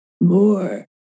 more